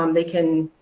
um they can